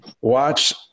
Watch